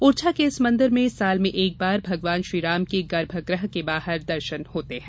ओरछा के इस मंदिर में साल में एक बार भगवान श्री राम के गर्भगृह के बाहर दर्शन होते हैं